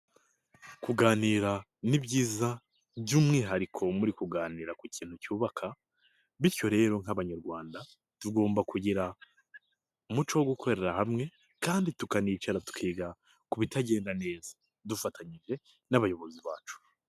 Kuganira ni byiza by'umwihariko muri kuganira ku kintu cyubaka bityo rero nk'abanyarwanda tugomba kugira, umuco wo gukorera hamwe kandi tukanicara tukiga ku bitagenda neza, dufatanyije n'abayobozi bacu.